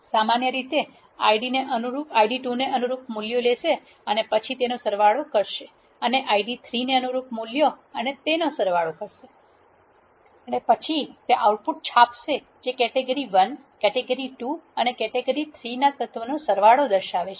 સમાન રીતે તે Id 2 ને અનુરૂપ મૂલ્યો લેશે અને પછી તેનો સરવાળો કરશે અને Id 3 ને અનુરૂપ મૂલ્યો અને તેનો સરવાળો કરશે અને પછી તે આઉટપુટ છાપશે જે કેટેગરી 1 કેટેગરી 2 અને કેટેગરી 3 ના તત્વોના સરવાળો દર્શાવે છે